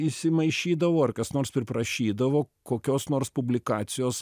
įsimaišydavau ar kas nors prašydavo kokios nors publikacijos